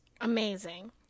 Amazing